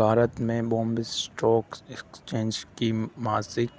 भारत में Bombay stock exchange की मासिक